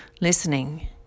listening